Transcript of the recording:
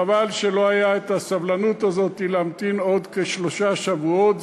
חבל שלא הייתה הסבלנות הזאת להמתין עוד כשלושה שבועות,